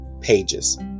pages